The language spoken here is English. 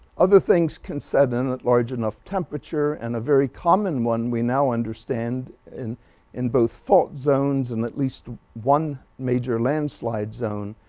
other things can set in at large enough temperature. and a very common one, we now understand in in both fault zones and at least one major landslide zone,